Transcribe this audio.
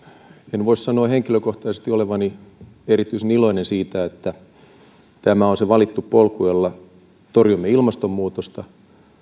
en voi sanoa henkilökohtaisesti olevani erityisen iloinen siitä että tämä on se valittu polku jolla torjumme ilmastonmuutosta